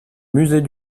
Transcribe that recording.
musée